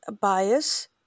bias